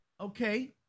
okay